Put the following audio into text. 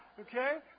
Okay